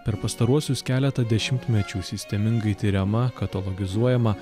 per pastaruosius keletą dešimtmečių sistemingai tiriama katalogizuojama